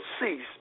cease